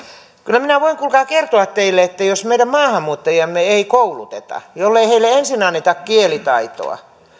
kyllä minä voin kuulkaa kertoa teille että jos meidän maahanmuuttajiamme ei kouluteta jos ei ensin anneta kielitaitoa